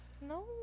No